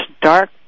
dark